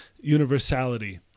universality